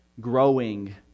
growing